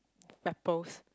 rappers